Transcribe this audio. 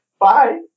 Bye